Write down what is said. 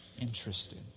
interested